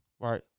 Right